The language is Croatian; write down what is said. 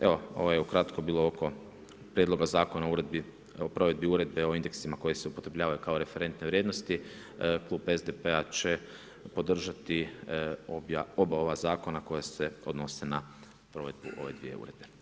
Evo ovo je ukratko bilo oko prijedloga Zakona o uredbi, o provedbi uredbe o indeksima koji se upotrjebljavaju kao referentne vrijednosti, klub SDP-a će podržati oba ova zakona koja se odnose na provedbu ove dvije uredbe.